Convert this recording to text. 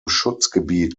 schutzgebiet